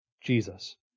Jesus